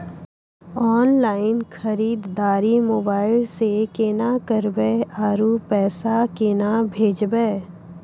Online खरीददारी mobile से केना करबै, आरु पैसा केना भेजबै?